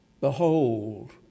Behold